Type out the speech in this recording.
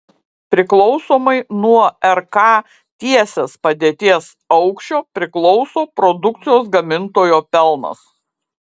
priklausomai nuo rk tiesės padėties aukščio priklauso produkcijos gamintojo pelnas